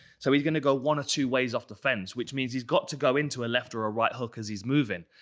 so he's gonna go one of two ways off the fence, which means he's got to go into a left or a right hook as he's moving.